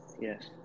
yes